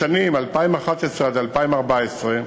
בשנים 2011 2014,